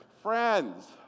Friends